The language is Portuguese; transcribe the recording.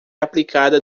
aplicada